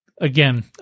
again